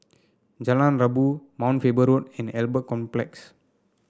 Jalan Rabu Mount Faber Road and Albert Complex